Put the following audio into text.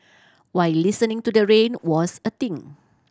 while listening to the rain was a thing